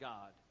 God